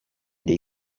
dei